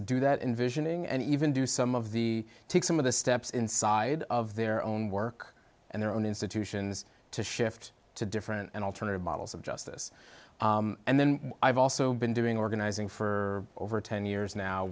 visioning and even do some of the take some of the steps inside of their own work and their own institutions to shift to different and alternative models of justice and then i've also been doing organizing for over ten years now